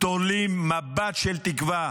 תולים מבט של תקווה